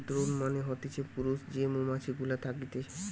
drone মানে হতিছে পুরুষ যে মৌমাছি গুলা থকতিছে